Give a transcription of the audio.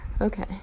Okay